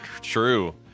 True